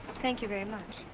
thank you very much.